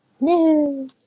No